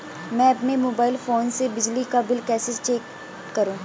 मैं अपने mobile phone से बिजली का बिल कैसे चेक करूं?